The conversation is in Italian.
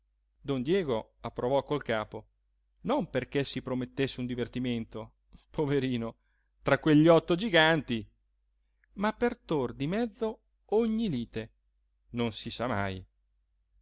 don diego approvò col capo non perché si promettesse un divertimento poverino tra quegli otto giganti ma per tr di mezzo ogni lite non si sa mai